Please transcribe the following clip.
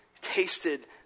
tasted